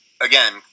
again